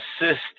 assist